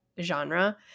genre